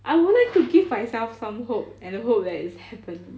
I would like to give for myself some hope and I hope that is happen